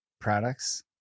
products